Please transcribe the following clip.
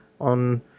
on